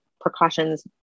precautions